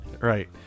right